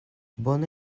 bona